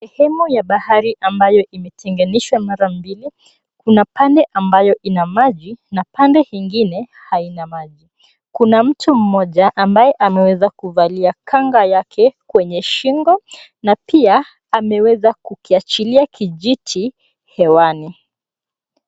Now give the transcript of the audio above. Sehemu ya bahari ambayo imetenganishwa mara mbili, kuna pande ambayo ina maji na pande nyingine haina maji. Kuna mtu mmoja ambaye ameweza kuvalia kanga yake kwenye shingo na pia ameweza kukiachilia kijiti hewani.